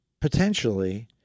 potentially